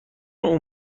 اون